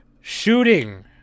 Shooting